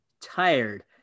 tired